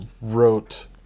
wrote